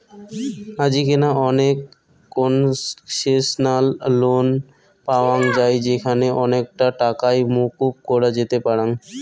আজিকেনা অনেক concessional loan পাওয়াঙ যাই যেখানে অনেকটা টাকাই মকুব করা যেতে পারাং